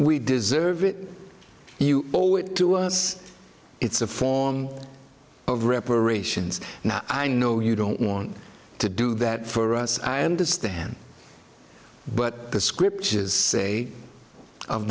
we deserve it you all to us it's a form of reparations now i know you don't want to do that for us i understand but the scriptures say